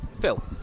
Phil